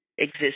exist